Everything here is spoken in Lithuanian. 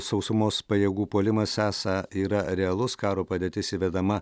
sausumos pajėgų puolimas esą yra realus karo padėtis įvedama